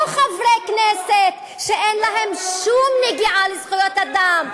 לא חברי כנסת שאין להם שום נגיעה לזכויות אדם.